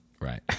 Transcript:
right